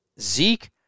Zeke